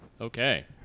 Okay